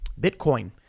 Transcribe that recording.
Bitcoin